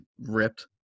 ripped